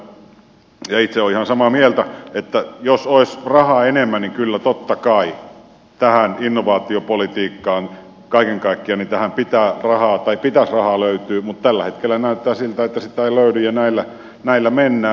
aina tietenkin voi arvioida ja itse olen ihan samaa mieltä että jos olisi rahaa enemmän niin kyllä totta kai tähän innovaatiopolitiikkaan kaiken kaikkiaan pitäisi rahaa löytyä mutta tällä hetkellä näyttää siltä että sitä ei löydy ja näillä mennään